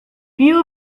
few